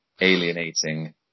alienating